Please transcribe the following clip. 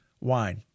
wine